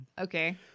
Okay